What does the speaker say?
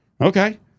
Okay